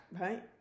Right